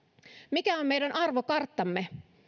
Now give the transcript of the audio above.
mikä on meidän arvokarttamme